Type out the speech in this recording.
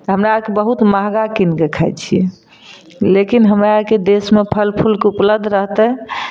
तऽ हमरा आरके बहुत महगा कीनके खाइत छियै लेकिन हमरा आरके देशमे फल फूलके उपलब्ध रहतै